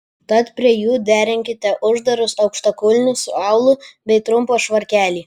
tad prie jų derinkite uždarus aukštakulnius su aulu bei trumpą švarkelį